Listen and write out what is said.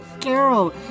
Carol